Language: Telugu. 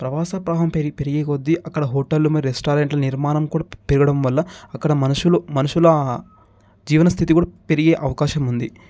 ప్రవాస పెరి పెరిగే కొద్దీ అక్కడ హోటల్లు మరి రెస్టారెంట్లు నిర్మాణం కూడా పెరగడం వల్ల అక్కడ మనుషులు మనుషుల జీవన స్థితి కూడా పెరిగే అవకాశం ఉంది